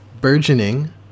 burgeoning